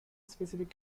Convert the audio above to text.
specific